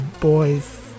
boys